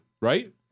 right